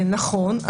נכון,